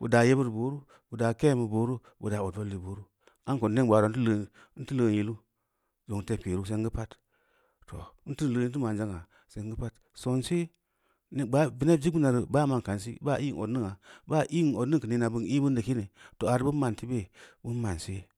budaa yebbireu booni, bu daa keem mi boora, bu daa odual bai booru, amko n neng gbaaraa n teu leun yilu, zong tebkee nu seng geu pad, too n teu lern n teu man zangna seng geu pad sensel veneb suig bina reu ba ma’n kansi baa ī’n odningna, baa ī’n odningn keu neena bin ī’ binneu kin, too areu inin ma’n teu beu, bin ma’n see.